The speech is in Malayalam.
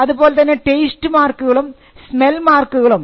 അതുപോലെതന്നെ ടേസ്റ്റ് മാർക്കുകളും സ്മെൽ മാർക്കുകളും